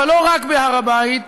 אבל לא רק בהר הבית,